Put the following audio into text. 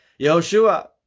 Yehoshua